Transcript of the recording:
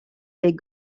les